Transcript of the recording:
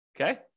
Okay